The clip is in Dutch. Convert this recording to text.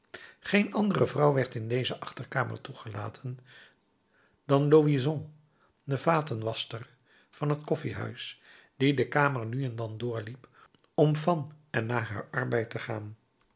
geen andere vrouw werd in deze achterkamer toegelaten dan louison de vatenwaschster van het koffiehuis die de kamer nu en dan doorliep om van en naar haar arbeid te gaan